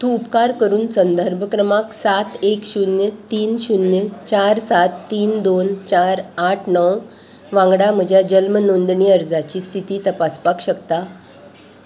तूं उपकार करून संदर्भ क्रमांक सात एक शुन्य तीन शुन्य चार सात तीन दोन चार आठ णव वांगडा म्हज्या जल्म नोंदणी अर्जाची स्थिती तपासपाक शकता